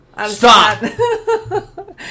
Stop